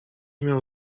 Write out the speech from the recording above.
miał